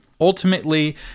Ultimately